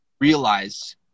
Realize